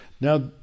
now